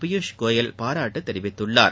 பியூஷ் கோயல் பாராட்டு தெரிவித்துள்ளார்